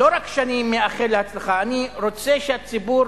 לא רק שאני מאחל הצלחה, אני רוצה שהציבור